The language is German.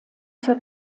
für